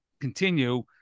continue